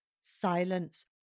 Silence